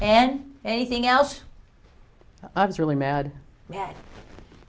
and anything else i was really mad